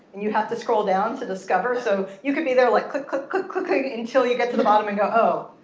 and you have to scroll down to discover. so you can be there like click, click, click, click ah until you get to the bottom and go, oh.